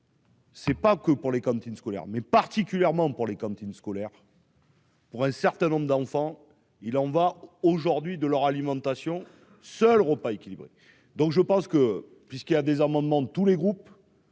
C'est pas que pour les cantines scolaires, mais particulièrement pour les cantines scolaires. Pour un certain nombre d'enfants, il en va aujourd'hui de leur alimentation seul repas équilibré, donc je pense que, puisqu'il y a des amendements de tous les groupes.